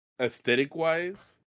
aesthetic-wise